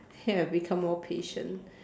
ya I become more patient